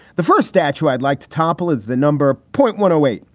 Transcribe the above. the first statue i'd like to topple is the number point one away.